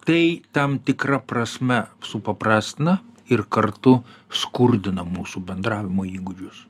tai tam tikra prasme supaprastina ir kartu skurdina mūsų bendravimo įgūdžius